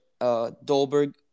Dolberg